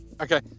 Okay